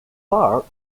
park